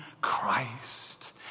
Christ